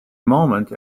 moment